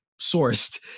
sourced